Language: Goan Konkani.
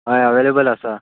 हय अवेलेबल आसा